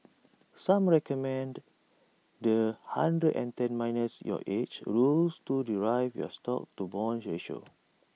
some recommend the hundred and ten minus your age rules to derive your stocks to bonds ratio